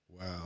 Wow